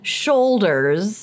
shoulders